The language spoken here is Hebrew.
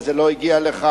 וזה לא הגיע לך,